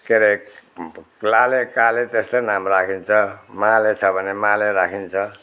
के अरे लाले काले त्यस्तै नाम राखिन्छ माले छ भने माले राखिन्छ